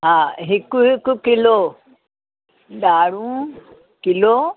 हा हिकु हिकु किलो ॾाढ़ूं किलो